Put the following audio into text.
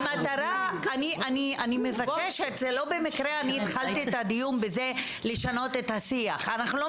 אני מבקשת: לא במקרה התחלתי את הדיון בזה שאמרתי לשנות את השיח.